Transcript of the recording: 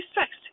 sexy